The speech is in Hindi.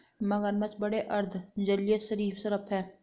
मगरमच्छ बड़े अर्ध जलीय सरीसृप हैं